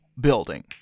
building